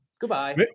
goodbye